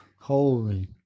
holy